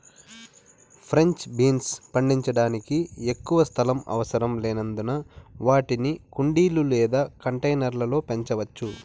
French beans పండించడానికి ఎక్కువ స్థలం అవసరం లేనందున వాటిని కుండీలు లేదా కంటైనర్ల లో పెంచవచ్చు